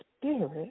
Spirit